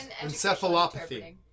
Encephalopathy